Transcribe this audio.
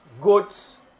Goats